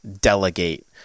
delegate